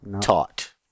taught